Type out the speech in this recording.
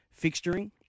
fixturing